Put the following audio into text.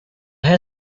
had